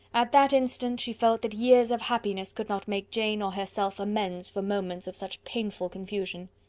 at that instant, she felt that years of happiness could not make jane or herself amends for moments of such painful confusion.